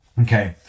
Okay